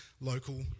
local